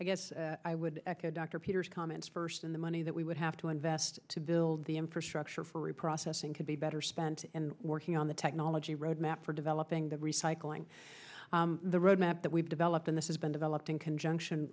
i guess i would echo dr peters comments first in the money that we would have to invest to build the infrastructure for reprocessing could be better spent working on the technology roadmap for developing the recycling the road map that we've developed in this has been developed in conjunction